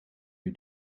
you